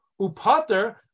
Upater